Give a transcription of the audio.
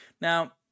Now